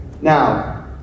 Now